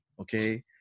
Okay